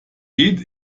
geht